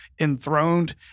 enthroned